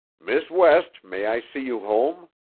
miss west, may i see you home?